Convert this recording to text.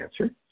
answer